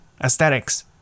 aesthetics